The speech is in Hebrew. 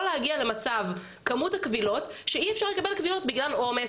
יכול להגיע למצב שאי אפשר לקבל קבילות בגלל עומס.